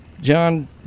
John